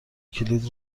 کلید